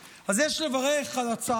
אז יש לברך על הצעת החוק, אבל בצד הברכות יש להצר